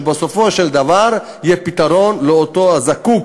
שבסופו של דבר יהיה פתרון לאותו אדם שזקוק,